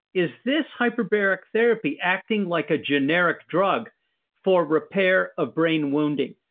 is this hyperbaric therapy acting like a generic drug for repair of brain wounding.